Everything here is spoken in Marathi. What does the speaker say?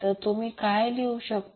तर तुम्ही काय लिहू शकता